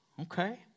Okay